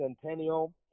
Centennial